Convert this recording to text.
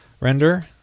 Render